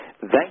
Thank